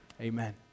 Amen